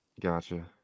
Gotcha